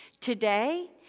Today